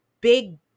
big